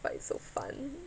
but it's so fun